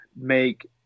make